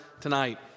tonight